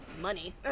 money